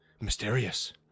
mysterious